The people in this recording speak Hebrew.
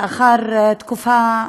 לאחר תקופה,